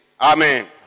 Amen